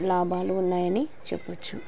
లాభాలు ఉన్నాయని చెప్పచ్చు